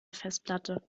festplatte